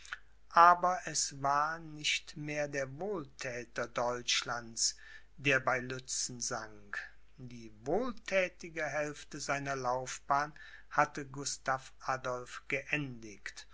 aber es war nicht mehr der wohlthäter deutschlands der bei lützen sank die wohlthätige hälfte seiner laufbahn hatte gustav adolph geendigt